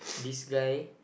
this guy